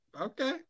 okay